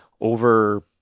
over